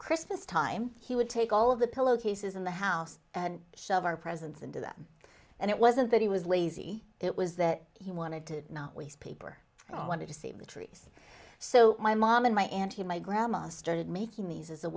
christmas time he would take all of the pillow cases in the house and shove our presents into them and it wasn't that he was lazy it was that he wanted to not waste paper and i wanted to save the trees so my mom and my auntie my grandma started making these as a